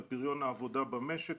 על פריון העבודה במשק,